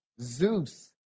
Zeus